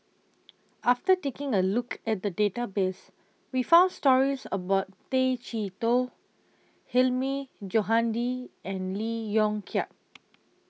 after taking A Look At The Database We found stories about Tay Chee Toh Hilmi Johandi and Lee Yong Kiat